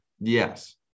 Yes